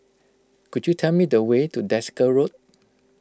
could you tell me the way to Desker Road